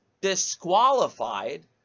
disqualified